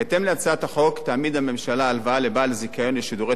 בהתאם להצעת החוק תעמיד הממשלה הלוואה לבעל זיכיון לשידורי